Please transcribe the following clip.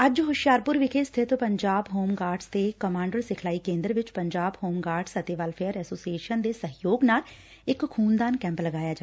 ਅੱਜ ਹੁਸ਼ਿਆਰਪੁਰ ਵਿਖੇ ਸਖਿਤ ਪੰਜਾਬ ਹੋਮ ਗਾਰਡਜ਼ ਦੇ ਕਮਾਂਡਰ ਸਿਖਲਾਈ ਕੇਂਦਰ ਵਿਚ ਪੰਜਾਬ ਹੋਮ ਗਾਰਡਜ਼ ਅਤੇ ਵੈਲਫੇਅਰ ਐਸੋਸੀਏਸ਼ਨ ਦੇ ਸਹਿਯੋਗ ਨਾਲ ਇਕ ਖੂਨਦਾਨ ਕੈ'ਪ ਲਗਾਇਆ ਗਿਆ